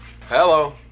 hello